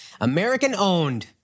American-owned